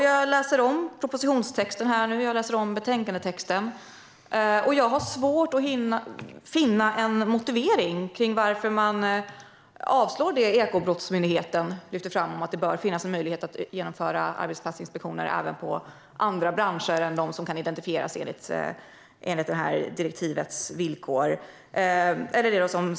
Jag läser om propositionstexten och betänkandetexten, men jag har svårt att finna en motivering till att man avstyrker det som Ekobrottsmyndigheten lyfter fram, att det bör finnas en möjlighet att genomföra arbetsplatsinspektioner även i andra branscher än dem som kan identifieras enligt direktivets villkor.